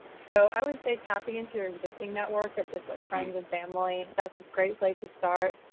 so i would say tapping into your existing network of just like friends and family. that's a great place to start.